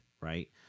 right